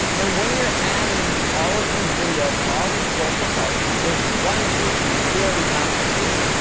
and when you're adding all of these videos on all these social sites, there's one thing you really have to do.